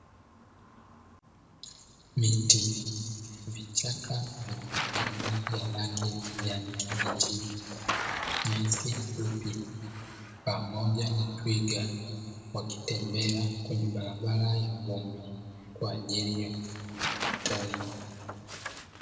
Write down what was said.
Miti, vichaka vyenye majani ya rangi ya kijani kibichi, nyasi fupi pamoja na twiga wakitembea kwenye barabara ya vumbi kwa ajili ya kusalimia watalii.